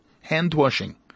hand-washing